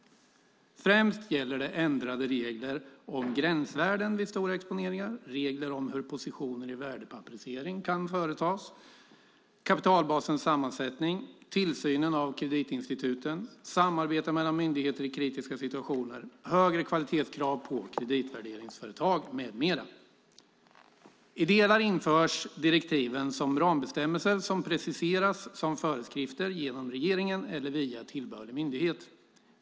Främst gäller det ändrade regler om gränsvärden vid stora exponeringar, regler om hur positioner i värdepapperiseringar kan företas, kapitalbasens sammansättning, tillsynen av kreditinstituten, samarbetet mellan myndigheter i kritiska situationer, högre kvalitetskrav på kreditvärderingsföretag med mera. I delar införs direktiven som rambestämmelser som preciseras som föreskrifter genom regeringen eller via tillbörlig myndighet.